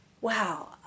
wow